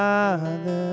Father